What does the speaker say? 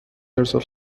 ارسال